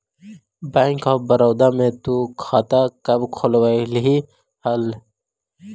bank of Baroda में तु खाता कब खुलवैल्ही हल